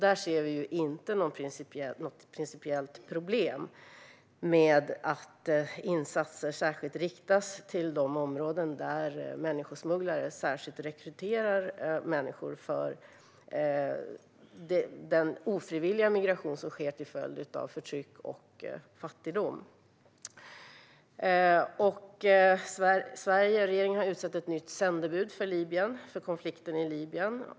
Vi ser inte något principiellt problem med att insatser särskilt riktas till de områden där människosmugglare rekryterar människor till den ofrivilliga migration som sker till följd av förtryck och fattigdom. Regeringen har utsett ett nytt sändebud för konflikten i Libyen.